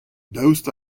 daoust